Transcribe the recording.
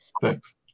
Thanks